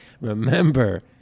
remember